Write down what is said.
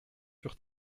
sur